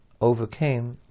overcame